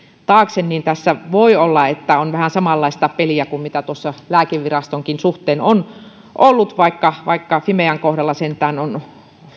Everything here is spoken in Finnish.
taakse niin voi olla että on vähän samanlaista peliä kuin mitä lääkevirastonkin suhteen on ollut vaikka vaikka fimean kohdalla sentään on